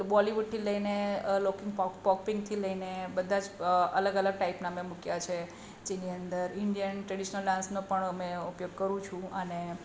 બોલિવૂડથી લઈને પોપિંગથી લઈને બધા જ અલગ અલગ ટાઈપના મેં મૂક્યા છે જેની અંદર ઇન્ડિયન ટ્રેડિશનલ ડાન્સનો પણ ઉપયોગ કરું છું અને